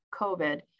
COVID